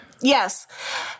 Yes